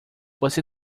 você